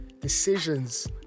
decisions